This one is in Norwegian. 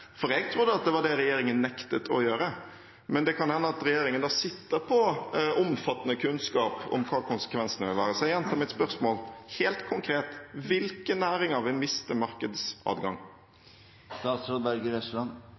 For jeg trodde at det var det regjeringen nektet å gjøre, men det kan hende regjeringen da sitter på omfattende kunnskap om hva konsekvensene vil være. Så jeg gjentar mitt spørsmål: Helt konkret, hvilke næringer vil miste